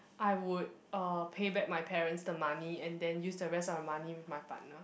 I would uh pay back my parents the money and then use the rest of my money with my partner